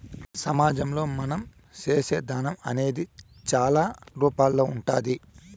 సమాజంలో మనం చేసే దానం అనేది చాలా రూపాల్లో ఉంటాది